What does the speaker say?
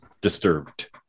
disturbed